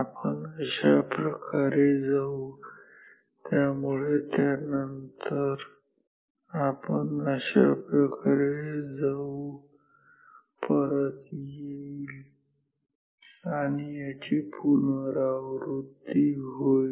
आपण अशा प्रकारे जाऊ त्यामुळे त्यानंतर पण अशाप्रकारे जाऊ परत येईल आणि याची पुनरावृत्ती होईल